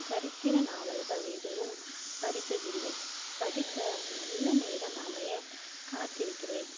சரித்திர நாவல்கள் எதுவும் படித்ததில்லை படிக்க நல்ல நேரம் அமைய காத்திருக்கிறேன்